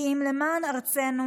כי אם למען ארצנו